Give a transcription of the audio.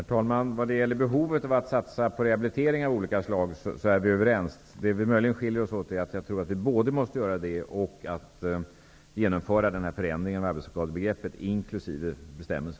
Herr talman! Vad gäller behovet av att satsa på rehabilitering av olika slag tror jag att vi är överens. Våra uppfattningar skiljer sig möjligen på en punkt. Jag tror att vi både bör göra detta och genomföra förändringen av arbetsskadebegreppet inkl.